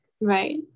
Right